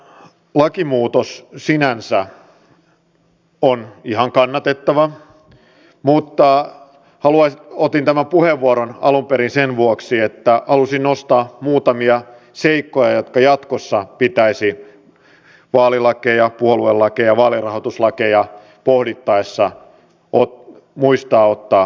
tämä lakimuutos sinänsä on ihan kannatettava mutta otin tämän puheenvuoron alun perin sen vuoksi että halusin nostaa muutamia seikkoja jotka jatkossa vaalilakeja puoluelakeja vaalirahoituslakeja pohdittaessa pitäisi muistaa ottaa esille